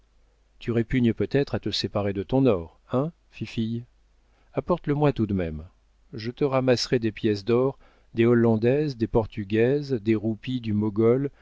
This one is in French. répugnes peut-être à te séparer de ton or hein fifille apporte le moi tout de même je te ramasserai des pièces d'or des hollandaises des portugaises des roupies du mogol